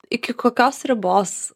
iki kokios ribos